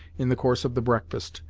in the course of the breakfast,